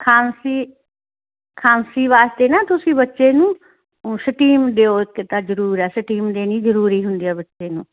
ਖਾਂਸੀ ਖਾਂਸੀ ਵਾਸਤੇ ਨਾ ਤੁਸੀਂ ਬੱਚੇ ਨੂੰ ਉਹ ਸਟੀਮ ਦਿਓ ਇੱਕ ਤਾਂ ਜ਼ਰੂਰ ਹੈ ਸਟੀਮ ਦੇਣੀ ਜਰੂਰੀ ਹੁੰਦੀ ਆ ਬੱਚੇ ਨੂੰ